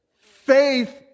Faith